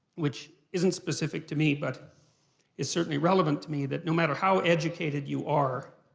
which isn't specific to me, but is certainly relevant to me, that no matter how educated you are,